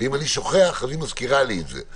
ואם אני שוכח, אז היא מזכירה לי את זה.